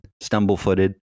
stumble-footed